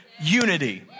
unity